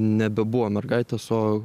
nebebuvo mergaitės o